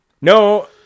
No